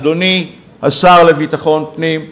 אדוני השר לביטחון הפנים,